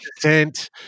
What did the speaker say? percent